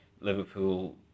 Liverpool